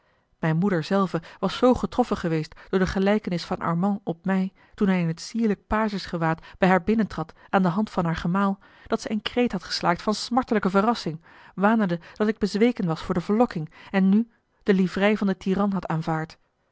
mijne moeder zelve was zoo getroffen geweest door de gelijkenis van armand op mij toen hij in het sierlijk pages gewaad bij haar binnentrad aan de hand van haar gemaal dat zij een kreet had geslaakt van smartelijke verrassing wanende dat ik bezweken was voor de verlokking en nu de livrei van den tiran had aanvaard